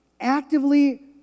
actively